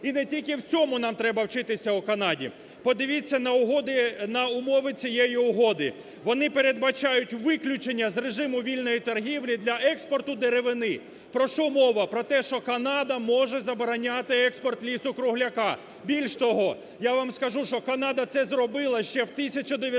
І не тільки в цьому нам треба вчитися у Канади. Подивіться на умови цієї угоди. Вони передбачаються виключення з режиму вільної торгівлі для експорту деревини. Про що мова? Про те, що Канада може забороняти експорт лісу-кругляка. Більш того, я вам скажу, що Канада це зробила ще в 1906